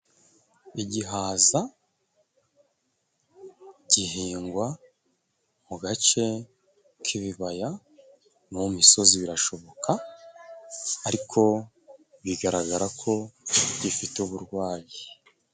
Igihaza gihingwa mu gace k'ibibaya mu misozi birashoboka, ariko bigaragara ko gifite uburwayi.